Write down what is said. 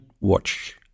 watch